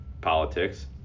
politics